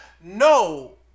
No